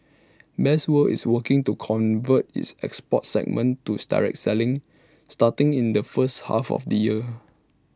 best world is working to convert its export segment to the direct selling starting in the first half of the year